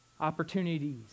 opportunities